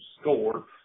score